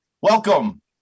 Welcome